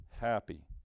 happy